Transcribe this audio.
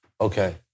Okay